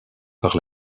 par